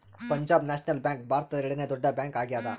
Punjab national bank ಭಾರತದ ಎರಡನೆ ದೊಡ್ಡ ಬ್ಯಾಂಕ್ ಆಗ್ಯಾದ